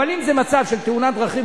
אבל אם זה מצב של תאונת דרכים,